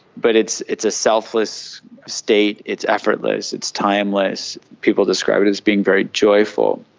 but it's it's a selfless state, it's effortless, it's timeless, people describe it as being very joyful.